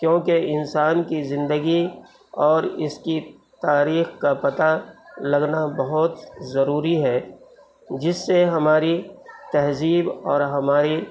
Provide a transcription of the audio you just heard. کیوں کہ انسان کی زندگی اور اس کی تاریخ کا پتہ لگنا بہت ضروری ہے جس سے ہماری تہذیب اور ہماری